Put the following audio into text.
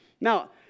Now